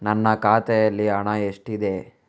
ನನ್ನ ಖಾತೆಯಲ್ಲಿ ಹಣ ಎಷ್ಟಿದೆ?